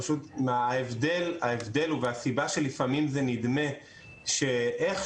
פשוט ההבדל הוא והסיבה שלפעמים זה נדמה שכל